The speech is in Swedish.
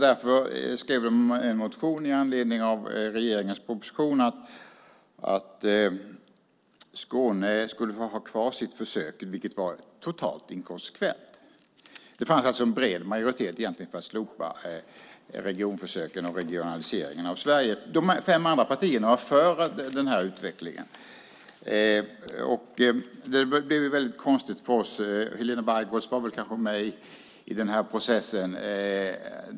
Därför skrev de med anledning av regeringens proposition en motion om att Skåne skulle få ha kvar sitt försök, vilket var totalt inkonsekvent. Det fanns alltså egentligen en bred majoritet för att slopa regionförsöken och regionaliseringen av Sverige. De fem andra partierna var för denna utveckling, och det blev väldigt konstigt för oss. Helena Bargholtz var väl kanske med i den här processen.